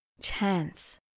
chance